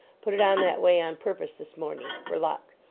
put it on that way on purpose this morning. for luck.